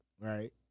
right